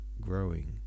growing